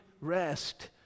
rest